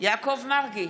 יעקב מרגי,